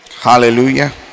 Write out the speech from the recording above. Hallelujah